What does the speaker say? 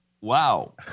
wow